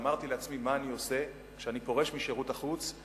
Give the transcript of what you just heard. ואמרתי לעצמי: מה אני עושה כשאני פורש משירות החוץ,